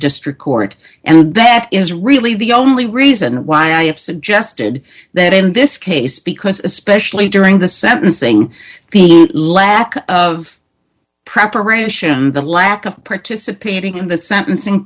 district court and that is really the only reason why i have suggested that in this case because especially during the sentencing the lack of preparation the lack of participating in the sentencing